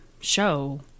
show